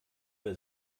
bei